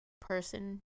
person